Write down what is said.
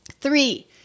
Three